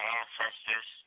ancestors